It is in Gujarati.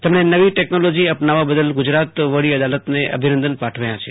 તેમણે નવી ટેક્નોલોજી અપનાવવા બદલ ગુજરાત વડી અદાલતને અભિનંદન પોઠવ્યાં છે